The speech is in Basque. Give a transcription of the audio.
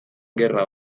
gerra